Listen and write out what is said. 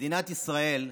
מדינת ישראל,